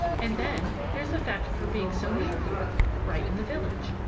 and then, there's the fact of her being so near here right in the village.